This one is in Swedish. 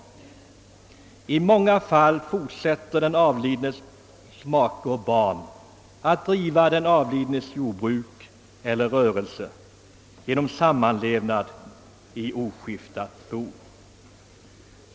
I många fall fortsätter den avlidnes make och barn att driva den avlidnes jordbruk eller rörelse genom sammanlevnad i oskiftat bo.